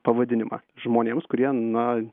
pavadinimą žmonėms kurie na